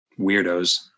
weirdos